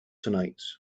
tonight